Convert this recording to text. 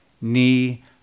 knee